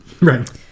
Right